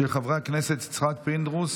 של חברי הכנסת יצחק פינדרוס,